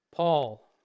Paul